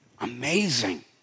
amazing